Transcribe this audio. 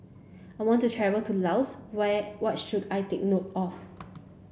I want to travel to Laos what what should I take note of